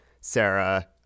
Sarah